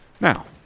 Now